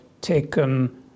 taken